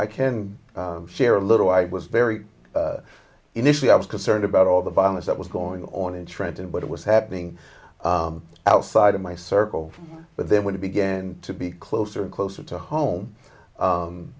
i can share a little i was very initially i was concerned about all the violence that was going on in trenton but it was happening outside of my circle but they would begin to be closer and closer to home